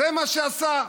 זה מה שהוא עשה.